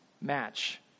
match